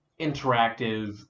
interactive